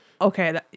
okay